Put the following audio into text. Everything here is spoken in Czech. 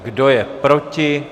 Kdo je proti?